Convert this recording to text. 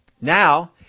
Now